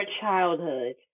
childhood